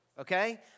okay